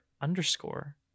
underscore